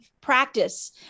practice